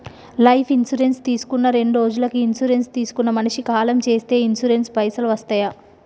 Life insurance తీసుకున్న రెండ్రోజులకి insurance తీసుకున్న మనిషి కాలం చేస్తే ఇన్సూరెన్స్ పైసల్ వస్తయా?